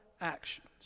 actions